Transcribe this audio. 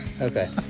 Okay